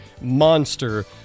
monster